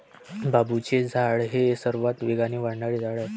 बांबूचे झाड हे सर्वात वेगाने वाढणारे झाड आहे